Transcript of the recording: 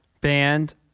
band